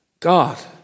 God